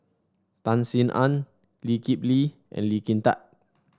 Tan Sin Aun Lee Kip Lee and Lee Kin Tat